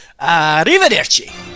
arrivederci